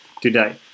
today